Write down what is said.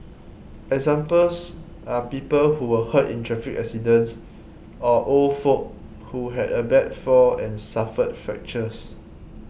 examples are people who were hurt in traffic accidents or old folk who had a bad fall and suffered fractures